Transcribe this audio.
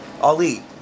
Ali